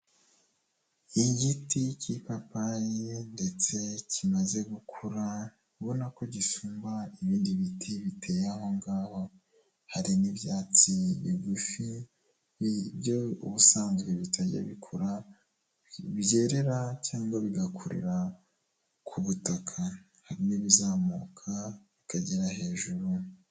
Igiti k'ipapayi ndetse kimaze gukura ubona ko gisumba ibindi biti biteye aho ngaho, hari n'ibyatsi bigufi byo ubusanzwe bitajya bikura byerera cyangwa bigakurira ku butaka, hari n'ibizamuka bikagera hejuru.